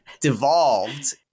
devolved